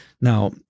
Now